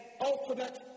ultimate